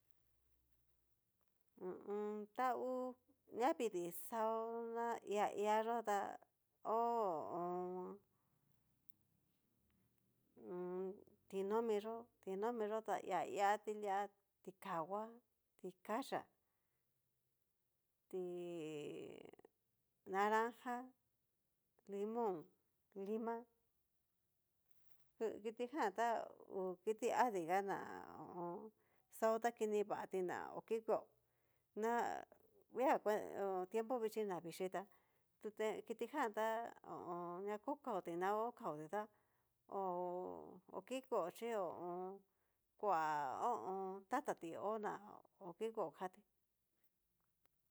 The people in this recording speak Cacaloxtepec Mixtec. Hu u un. ta hú ñavidii xaó na hia hia yó ta, ho o on. ho o on, tinomi yó, tinomi yo ta hia hia ti lia, tikangua, tikayá, ti. naranja, limón, lima, kitijan ngu kiti adiga ná ho o on. xao ta kini vatí ná ho kikueó na via tiempo vichí ná vixhii tá tute kitijan tá ho o on. na ko kaoti na ko kaoti tá ho. hokikueó chí ho o on. kua ho o on. tata tí ho na hó kikueo katí.